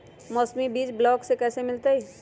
मौसमी बीज ब्लॉक से कैसे मिलताई?